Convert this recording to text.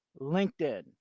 LinkedIn